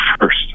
first